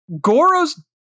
Goro's